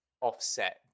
offset